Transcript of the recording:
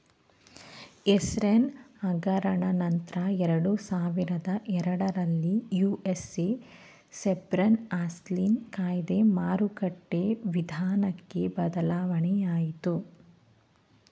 Enron ಹಗರಣ ನಂತ್ರ ಎರಡುಸಾವಿರದ ಎರಡರಲ್ಲಿ ಯು.ಎಸ್.ಎ ಸರ್ಬೇನ್ಸ್ ಆಕ್ಸ್ಲ ಕಾಯ್ದೆ ಮಾರುಕಟ್ಟೆ ವಿಧಾನಕ್ಕೆ ಬದಲಾವಣೆಯಾಗಿತು